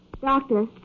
Doctor